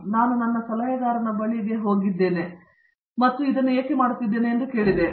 ಮತ್ತು ನಾನು ನನ್ನ ಸಲಹಾಕಾರನ ಬಳಿಗೆ ಹೋಗಿದ್ದೇನೆ ಮತ್ತು ನಾನು ಇದನ್ನು ಏಕೆ ಮಾಡುತ್ತಿದ್ದೇನೆ ಎಂದು ಕೇಳಿದ್ದೇನೆ